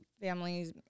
families